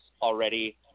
already